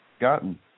gotten